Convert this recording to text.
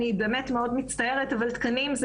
אני באמת מאוד מצטערת אבל תקנים זה